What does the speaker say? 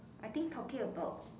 I think talking about